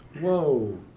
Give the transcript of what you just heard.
Whoa